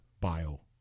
bio